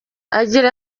agira